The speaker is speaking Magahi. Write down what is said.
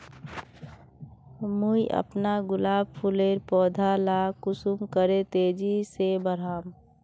मुई अपना गुलाब फूलेर पौधा ला कुंसम करे तेजी से बढ़ाम?